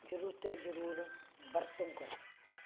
ਜ਼ਰੂਰ ਤੋਂ ਜ਼ਰੂਰ ਵਰਤੋਂ ਕਰੋ